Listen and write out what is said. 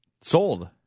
Sold